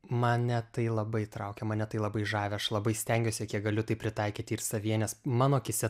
mane tai labai traukia mane tai labai žavi aš labai stengiuosi kiek galiu tai pritaikyti ir savyje nes mano akyse